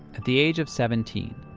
at the age of seventeen,